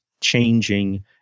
changing